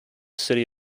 city